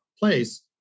place